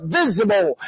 visible